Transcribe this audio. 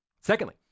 Secondly